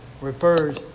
refers